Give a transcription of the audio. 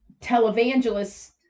televangelists